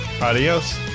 Adios